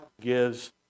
gives